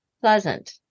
pleasant